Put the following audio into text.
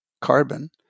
carbon